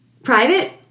Private